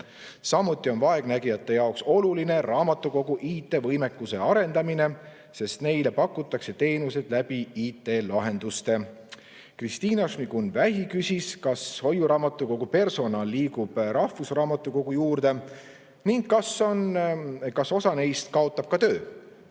Samuti on vaegnägijate jaoks oluline raamatukogu IT‑võimekuse arendamine, sest neile pakutakse teenuseid IT‑lahenduste abil. Kristina Šmigun-Vähi küsis, kas hoiuraamatukogu personal liigub rahvusraamatukogusse ning kas osa neist kaotab ka töö.